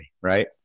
right